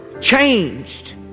Changed